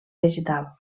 vegetal